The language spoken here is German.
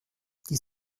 die